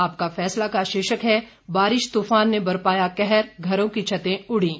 आपका फैसला का शीर्षक है बारिश तूफान ने बरपाया कहर घरों की छतें उड़ीं